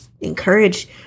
encourage